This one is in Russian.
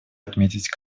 отметить